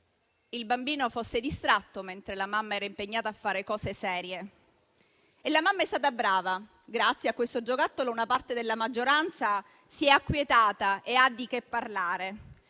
il bambino fosse distratto mentre la mamma era impegnata a fare cose serie. La mamma è stata brava: grazie a questo giocattolo, una parte della maggioranza si è acquietata e ha di che parlare.